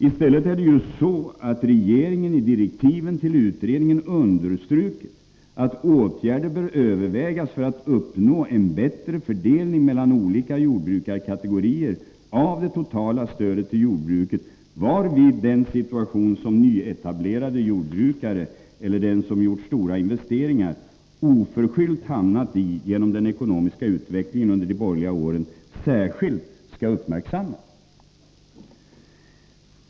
Det är i stället så att regeringen i direktiven till utredningen understrukit att åtgärder för att uppnå en bättre fördelning av det totala stödet till jordbruket mellan olika jordbrukarkategorier bör övervägas, varvid den situation som nyetablerade jordbrukare eller de som gjort stora investeringar oförskyllt hamnat i genom den ekonomiska utvecklingen under de borgerliga åren särskilt skall uppmärksammas.